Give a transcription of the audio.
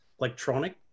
Electronic